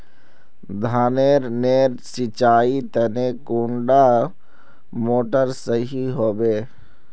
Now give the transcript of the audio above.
धानेर नेर सिंचाईर तने कुंडा मोटर सही होबे?